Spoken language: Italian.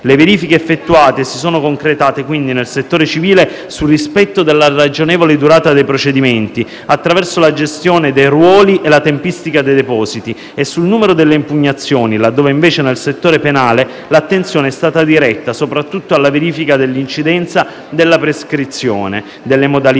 Le verifiche effettuate si sono concretate quindi nel settore civile sul rispetto della ragionevole durata dei procedimenti, attraverso la gestione dei ruoli e la tempistica dei depositi e sul numero delle impugnazioni, laddove invece nel settore penale l'attenzione è stata diretta soprattutto alla verifica dell'incidenza della prescrizione, delle modalità